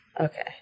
Okay